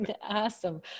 Awesome